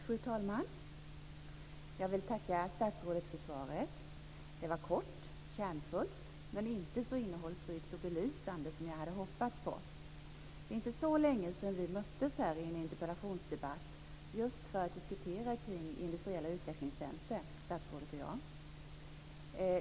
Fru talman! Jag vill tacka statsrådet för svaret. Det var kort och kärnfullt, men inte så innehållsrikt och belysande som jag hade hoppats på. Det är inte så länge sedan vi möttes här, statsrådet och jag, i en interpellationsdebatt just för att diskutera kring industriella utvecklingscentra.